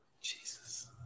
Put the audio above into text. Jesus